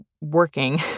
working